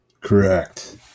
Correct